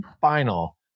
final